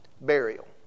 Burial